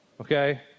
okay